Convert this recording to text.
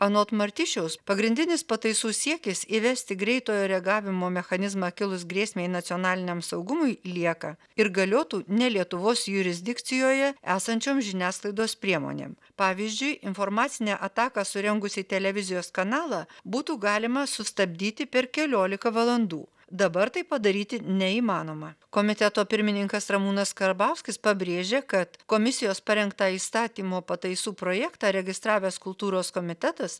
anot martišiaus pagrindinis pataisų siekis įvesti greitojo reagavimo mechanizmą kilus grėsmei nacionaliniam saugumui lieka ir galiotų ne lietuvos jurisdikcijoje esančiom žiniasklaidos priemonėm pavyzdžiui informacinę ataką surengus į televizijos kanalą būtų galima sustabdyti per keliolika valandų dabar tai padaryti neįmanoma komiteto pirmininkas ramūnas karbauskis pabrėžė kad komisijos parengtą įstatymo pataisų projektą registravęs kultūros komitetas